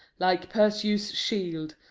like perseus' shield,